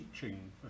teaching